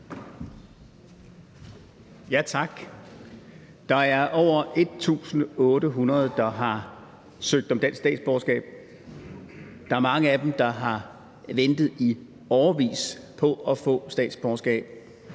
Tak. Der er over 1.800, der har søgt om dansk statsborgerskab. Der er mange af dem, der har ventet i årevis på at få statsborgerskab.